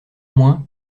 moins